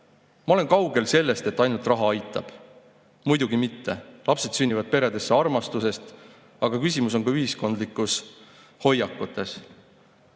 Ma olen kaugel sellest, et ainult raha aitab. Muidugi mitte. Lapsed sünnivad peredesse armastusest, aga küsimus on ka ühiskondlikes hoiakutes.